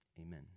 Amen